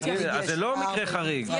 אז זה לא מקרה חריג.